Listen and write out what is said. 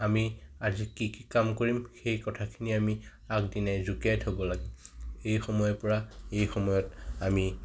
আমি আজি কি কি কাম কৰিম সেই কথাখিনি আমি আগদিনাই জুকিয়াই থ'ব লাগে এই সময়ৰপৰা এই সময়ত আমি